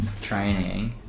training